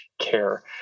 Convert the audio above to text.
care